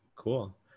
cool